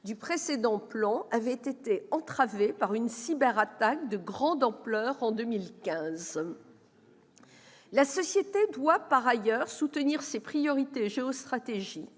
du précédent plan avait été entravée par une cyberattaque de grande ampleur en 2015. La société doit, par ailleurs, soutenir ses priorités géostratégiques,